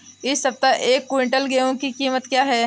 इस सप्ताह एक क्विंटल गेहूँ की कीमत क्या है?